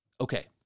okay